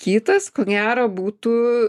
kitas ko gero būtų